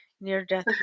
near-death